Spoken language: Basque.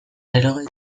laurogei